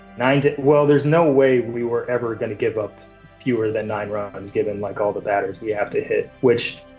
nine to. well, there's no way we were ever gonna give up fewer than nine rounds ah and given like all the batters we have to hit, which,